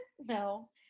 No